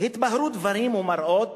התבהרו דברים ומראות.